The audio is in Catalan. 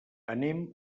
anem